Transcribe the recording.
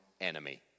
enemy